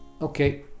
Okay